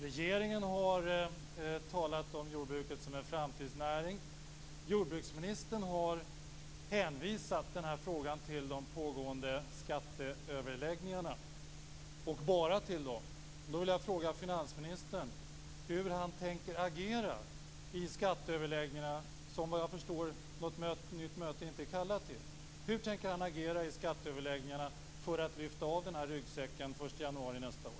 Regeringen har talat om jordbruket som en framtidsnäring. Jordbruksministern har hänvisat frågan till de pågående skatteöverläggningarna, och bara till dem. Då vill jag fråga finansministern hur han tänker agera i skatteöverläggningarna. Jag har förstått att man inte har kallat till något nytt möte. Hur tänker han agera i skatteöverläggningarna för att lyfta av ryggsäcken den 1 januari nästa år?